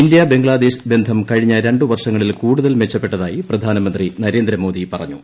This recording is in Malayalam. ഇന്ത്യ ബംഗ്ലാദേശ് ബന്ധം കഴിഞ്ഞ രണ്ട് വർഷങ്ങളിൽ കൂടുതൽ മെച്ചപ്പെട്ടതായി പ്രധാനമന്ത്രി നരേന്ദ്രമോദി പറഞ്ഞു